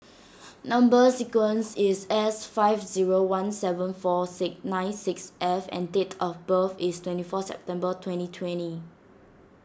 Number Sequence is S five zero one seven four six nine six F and date of birth is twenty four September twenty twenty